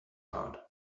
out